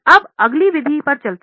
अब अगली विधि पर चलते हैं